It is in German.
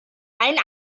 einen